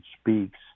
speaks